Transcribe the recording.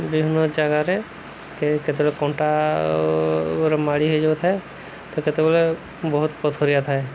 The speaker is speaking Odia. ବିଭିନ୍ନ ଜାଗାରେ କେ କେତେବେଳେ କଣ୍ଟା ମାଡ଼ି ହେଇଯାଉଥାଏ ତ କେତେବେଳେ ବହୁତ ପଥରିଆ ଥାଏ